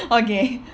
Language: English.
okay